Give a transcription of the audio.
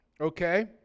okay